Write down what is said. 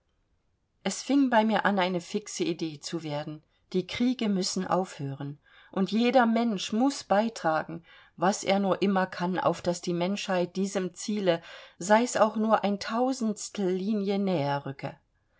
es fing bei mir an eine fixe idee zu werden die kriege müssen aufhören und jeder mensch muß beitragen was er nur immer kann auf daß die menschheit diesem ziele sei's auch nur linie näher rücke